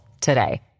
today